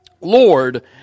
Lord